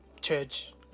church